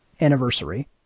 anniversary